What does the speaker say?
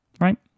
right